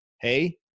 Hey